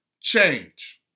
change